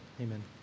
Amen